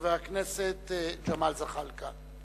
חבר הכנסת ג'מאל זחאלקה.